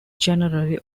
generally